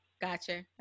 Gotcha